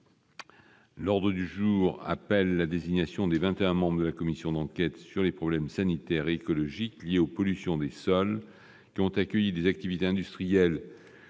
L'ordre du jour appelle la désignation des vingt et un membres de la commission d'enquête sur les problèmes sanitaires et écologiques liés aux pollutions des sols qui ont accueilli des activités industrielles